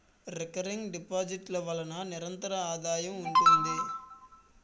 recurring deposit ల వలన నిరంతర ఆదాయం ఉంటుంది